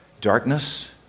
darkness